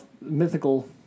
mythical